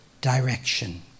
direction